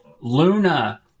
Luna